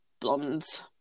blondes